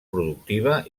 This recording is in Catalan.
productiva